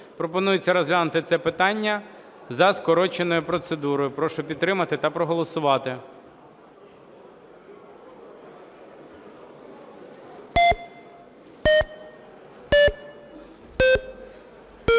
Пропонується розглянути це питання за скороченою процедурою. Прошу підтримати та проголосувати.